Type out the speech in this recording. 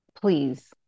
please